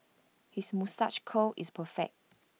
his moustache curl is perfect